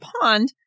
Pond